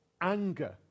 Anger